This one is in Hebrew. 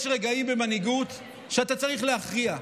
יש רגעים במנהיגות שבהם אתה צריך להכריע.